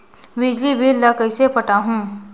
बिजली बिल ल कइसे पटाहूं?